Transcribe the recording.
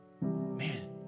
Man